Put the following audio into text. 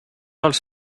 els